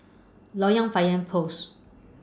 Loyang Fire Post